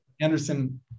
Anderson